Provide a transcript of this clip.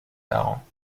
parents